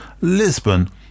Lisbon